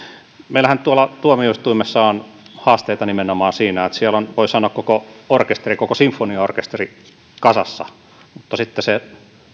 meillähän tuolla tuomioistuimissa on haasteita nimenomaan siinä että siellä on voi sanoa koko sinfoniaorkesteri kasassa mutta sitten se